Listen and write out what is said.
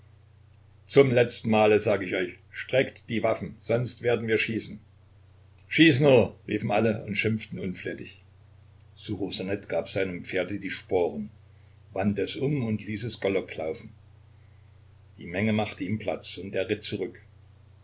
zum letzten male sage ich euch streckt die waffen sonst werden wie schießen schieß nur riefen alle und schimpften unflätig ssuchosanet gab seinem pferde die sporen wandte es um und ließ es galopp laufen die menge machte ihm platz und er ritt zurück